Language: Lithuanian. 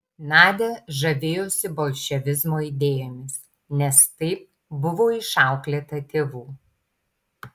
nadia žavėjosi bolševizmo idėjomis nes taip buvo išauklėta tėvų